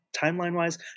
Timeline-wise